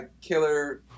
killer